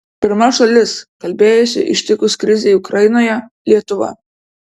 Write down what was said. pirma šalis kalbėjusi ištikus krizei ukrainoje lietuva